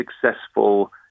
successful